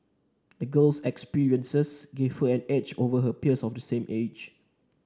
the girl's experiences gave her an edge over her peers of the same age